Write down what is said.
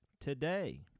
today